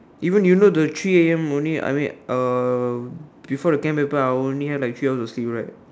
even you know the three A_M morning I mean uh before the Chem paper I only had like three hours of sleep right